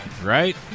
right